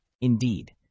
Indeed